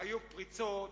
היו פריצות,